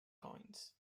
coins